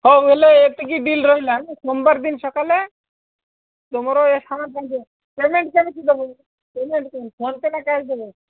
ହଉ ହେଲେ ଏତିକି ଡିଲ୍ ରହିଲା ସୋମବାର ଦିନ ସକାଳେ ତୁମର ଏ ସାମାନ ପହଞ୍ଚିବ ପେମେଣ୍ଟ କେମିତି ଦେବ ପେମେଣ୍ଟ କେମିତି ଫୋନ୍ ପେ ନା କ୍ୟାସ୍ ଦେବେ